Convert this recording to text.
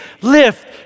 lift